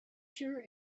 sure